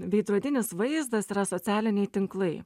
veidrodinis vaizdas yra socialiniai tinklai